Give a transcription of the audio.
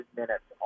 minutes